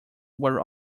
were